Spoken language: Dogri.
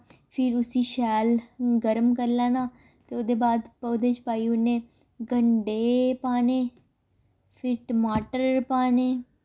फिर उसी शैल गर्म करी लैना ते ओह्दे बाद ओह्दे च पाई ओड़ने गंढे पाने फिर टमाटर पाने